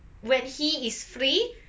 where he is free